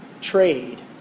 trade